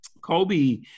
Kobe